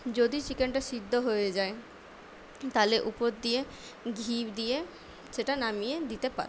যদি চিকেনটা সিদ্ধ হয়ে যায় তাহলে উপর দিয়ে ঘী দিয়ে সেটা নামিয়ে দিতে পারো